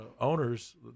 owners